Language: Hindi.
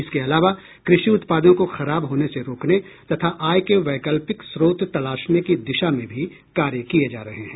इसके अलावा कृषि उत्पादों को खराब होने से रोकने तथा आय के वैकल्पिक स्रोत तलाशने की दिशा में भी कार्य किये जा रहे हैं